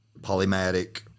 Polymatic